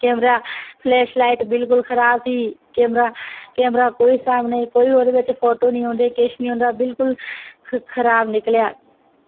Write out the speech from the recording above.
camera flashlight बिल्कुल खराब थी कैमरा कैमरा कोई साफ नेईं कोई ओह्दे बिंच फोटो नि औंदे किश नि औंदा बिल्कुल खराब निकलेआ